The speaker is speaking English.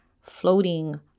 floating